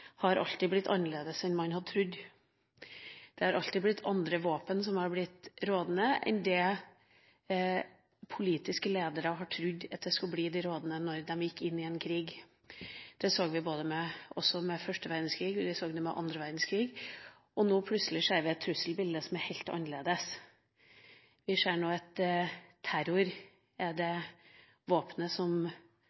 har alltid blitt annerledes enn man har trodd. Det har alltid vært andre våpen som har blitt rådende enn det politiske ledere har trodd skulle bli rådende da de gikk inn i en krig. Det så vi under første verdenskrig, vi så det under annen verdenskrig, og nå ser vi plutselig et trusselbilde som er helt annerledes. Vi ser nå at terror er det